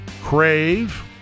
Crave